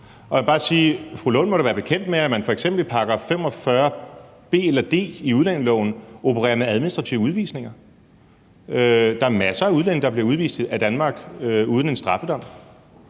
Rosa Lund da må være bekendt med, at man f.eks. i § 45 b eller d i udlændingeloven opererer med administrative udvisninger. Der er masser af udlændinge, der bliver udvist af Danmark uden en straffedom.